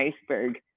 iceberg